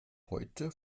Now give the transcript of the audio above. heute